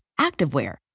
activewear